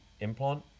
implant